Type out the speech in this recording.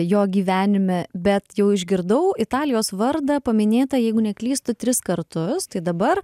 jo gyvenime bet jau išgirdau italijos vardą paminėtą jeigu neklystu tris kartus tai dabar